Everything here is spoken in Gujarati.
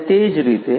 અને તે જ રીતે